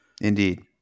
Indeed